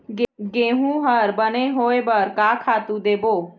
गेहूं हर बने होय बर का खातू देबो?